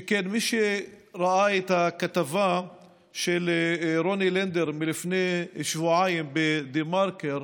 שכן מי שראה את הכתבה של רוני לינדר מלפני שבועיים בדה-מרקר